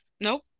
Nope